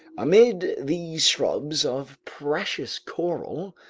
amid these shrubs of precious coral,